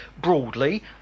broadly